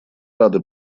рады